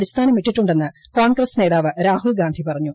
അടിസ്ഥാനമിട്ടിട്ടു ന്ന് കോൺഗ്രസ് നേതാവ് രാഹുൽ ഗാന്ധി പറഞ്ഞു